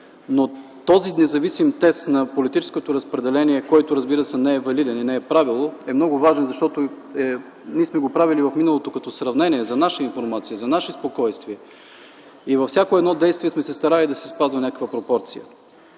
Този независим тест на политическото разпределение, който, разбира се, не е валиден и не е правило, е много важен, защото ние сме го правили в миналото като сравнение, за наша информация, за наше спокойствие, и във всяко едно действие сме се старали да се спазва някаква пропорция.